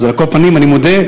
אז על כל פנים אני מודה,